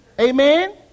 Amen